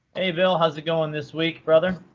hey, bill. how's it going this week, brother?